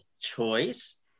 choice